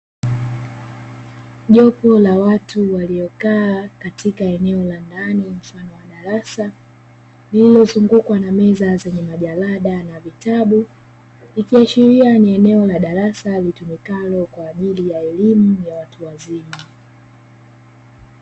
Jopo la watu waliokaa katika eneo la ndani mfano wa darasa, lililozungukwa na meza zenye majalada na vitabu, ikiashiria ni eneo la darasa litumikalo kwa ajili ya elimu ya watu wazima.